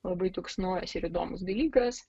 labai toks naujas ir įdomus dalykas